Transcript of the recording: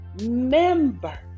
member